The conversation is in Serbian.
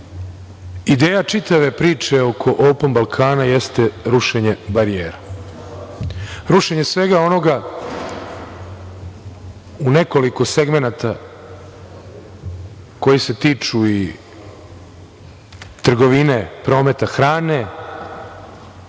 Rame. Ideja čitave priče oko „Open Balkan“ jeste rušenje barijera, rušenja svega onoga u nekoliko segmenata koji se tiču i trgovine, prometa hrane,